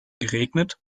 geregnet